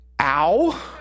Ow